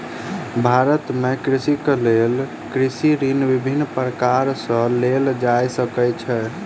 भारत में कृषकक लेल कृषि ऋण विभिन्न प्रकार सॅ लेल जा सकै छै